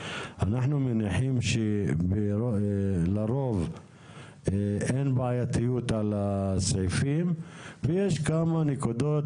אנחנו מניחים שלרוב אין בעיתיות על הסעיפים ויש כמה נקודות